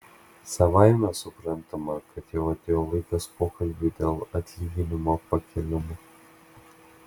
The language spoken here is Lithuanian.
savaime suprantama kad jau atėjo laikas pokalbiui dėl atlyginimo pakėlimo